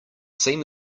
seam